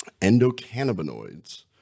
endocannabinoids